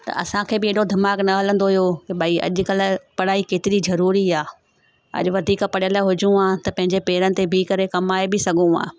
त असांखे बि हेॾो दिमाग़ु न हलंदो हुओ की भई अॼुकल्ह पढ़ाई केतिरी ज़रूरी आहे अॼु वधीक पढ़ियल हुजूं हां त पंहिंजे पेरनि ते बीहु करे कमाए बि सघूं हां